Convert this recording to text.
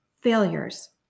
failures